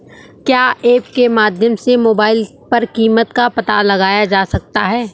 क्या ऐप के माध्यम से मोबाइल पर कीमत का पता लगाया जा सकता है?